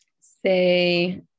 say